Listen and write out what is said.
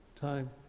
time